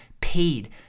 paid